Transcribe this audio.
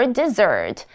dessert